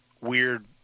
weird